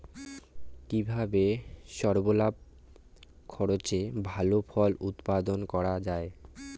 কিভাবে স্বল্প খরচে ভালো ফল উৎপাদন করা যায়?